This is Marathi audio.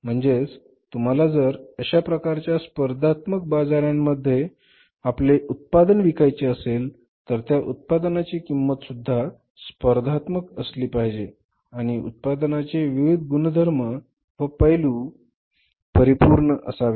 म्हणजे तुम्हाला जर अशाप्रकारच्या स्पर्धात्मक बाजारामध्ये आपले उत्पादन विकायचे असेल तर त्या उत्पादनाची किंमत सुद्धा स्पर्धात्मक असली पाहिजे आणि उत्पादनाचे विविध गुणधर्म व पैलू परिपूर्ण असावेत